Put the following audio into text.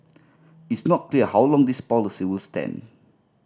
it's not clear how long this policy will stand